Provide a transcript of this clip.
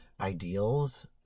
ideals